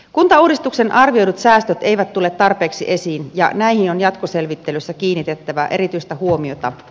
kuntauudistuksen arvioidut säästöt eivät tule tarpeeksi esiin ja näihin on jatkoselvittelyssä kiinnitettävä erityistä huomiota